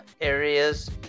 areas